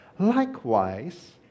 Likewise